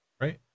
right